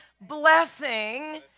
blessing